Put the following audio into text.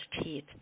teeth